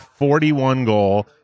41-goal